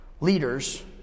leaders